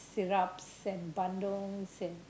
syrups and bandung